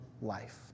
life